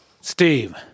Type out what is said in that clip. Steve